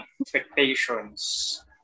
Expectations